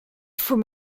faut